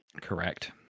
Correct